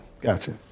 gotcha